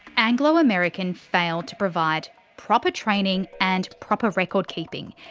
anglo american failed to provide proper training and proper record keeping.